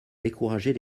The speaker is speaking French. décourager